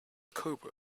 cobra